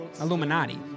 Illuminati